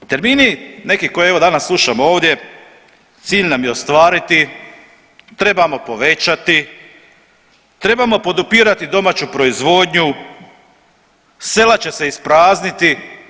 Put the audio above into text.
Termini neki koji evo danas slušam ovdje cilj nam je ostvariti, trebamo povećati, trebamo podupirati domaću proizvodnju, sela će se isprazniti.